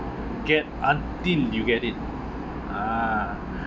get until you get it ah